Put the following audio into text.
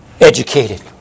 educated